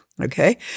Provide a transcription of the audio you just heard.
Okay